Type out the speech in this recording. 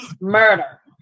murder